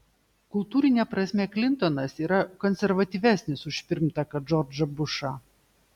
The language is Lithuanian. kultūrine prasme klintonas yra konservatyvesnis už pirmtaką džordžą bušą